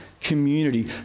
community